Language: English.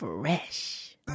fresh